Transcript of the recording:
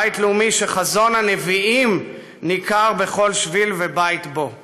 בית לאומי שחזון הנביאים ניכר בכל שביל ורחוב ובית בו.